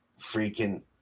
freaking